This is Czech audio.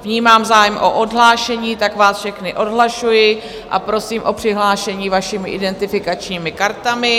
Vnímám zájem o odhlášení, tak vás všechny odhlašuji a prosím o přihlášení vašimi identifikačními kartami.